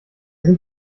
sind